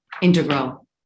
integral